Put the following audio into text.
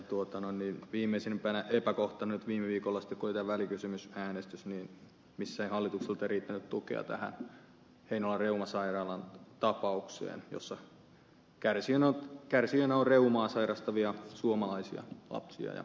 viimeisin epäkohta oli nyt viime viikolla se kun oli tämä välikysymysäänestys jossa ei hallitukselta riittänyt tukea tähän heinolan reumasairaalan tapaukseen jossa kärsijöinä ovat reumaa sairastavat suomalaiset lapset ja aikuiset